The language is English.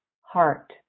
heart